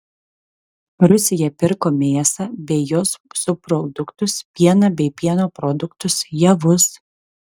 rusija pirko mėsą bei jos subproduktus pieną bei pieno produktus javus